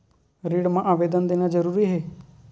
ऋण मा आवेदन देना जरूरी हे?